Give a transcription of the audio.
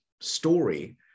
story